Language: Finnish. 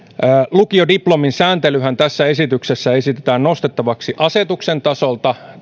lukiodiplomin sääntelyhän tässä esityksessä esitetään nostettavaksi asetuksen tasolta